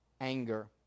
anger